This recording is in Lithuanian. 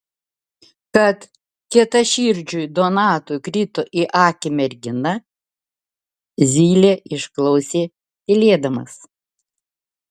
kad kietaširdžiui donatui krito į akį mergina zylė išklausė tylėdamas